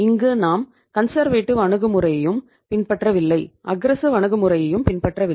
இங்கு நாம் கன்சர்வேட்டிவ் அணுகுமுறையையும் பின்பற்றவில்லை